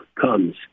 comes